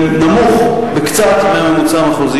להם הצעה אחרת.